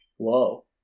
Whoa